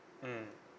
mmhmm